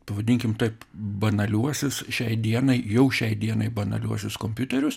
pavadinkim taip banaliuosius šiai dienai jau šiai dienai banaliuosius kompiuterius